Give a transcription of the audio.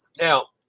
Now